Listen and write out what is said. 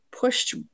pushed